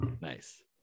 Nice